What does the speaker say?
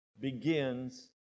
begins